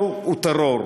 טרור הוא טרור.